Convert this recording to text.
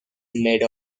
made